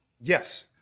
Yes